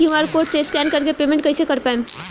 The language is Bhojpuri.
क्यू.आर कोड से स्कैन कर के पेमेंट कइसे कर पाएम?